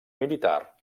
militar